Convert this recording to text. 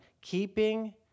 keeping